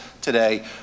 today